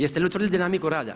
Jeste li utvrdili dinamiku rada?